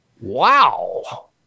Wow